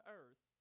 earth